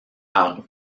par